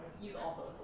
he's also